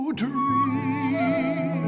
dream